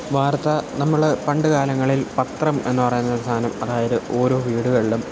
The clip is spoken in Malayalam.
വാർത്ത നമ്മള് പണ്ട് കാലങ്ങളിൽ പത്രം എന്നു പറയുന്നൊരു സാധനം അതായത് ഓരോ വീടുകളിലും